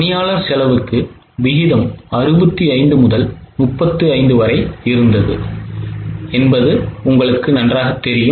பணியாளர் செலவுக்கு விகிதம் 65 முதல் 35 வரை இருந்தது என்பது உங்களுக்குத் தெரியும்